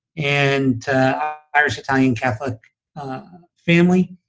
and irish italian catholic family.